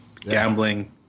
gambling